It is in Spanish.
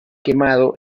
quemado